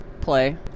play